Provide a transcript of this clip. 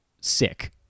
sick